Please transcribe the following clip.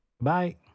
Bye